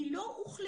היא לא הוחלפה.